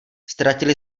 ztratili